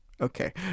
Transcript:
okay